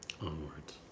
onwards